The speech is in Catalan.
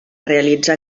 realitzar